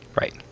right